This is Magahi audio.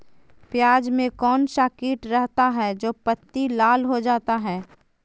प्याज में कौन सा किट रहता है? जो पत्ती लाल हो जाता हैं